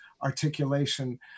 articulation